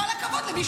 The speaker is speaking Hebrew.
כל הכבוד למי שהצביע.